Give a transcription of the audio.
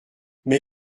mais